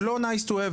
זה לא טוב שהוא קיים,